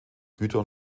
güter